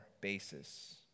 basis